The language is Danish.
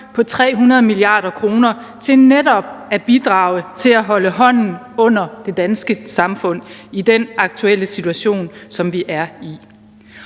på 300 mia. kr. til netop at bidrage til at holde hånden under det danske samfund i den aktuelle situation. Med dette